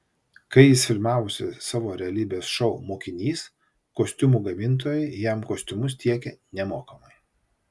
kai jis filmavosi savo realybės šou mokinys kostiumų gamintojai jam kostiumus tiekė nemokamai